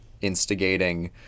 instigating